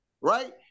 Right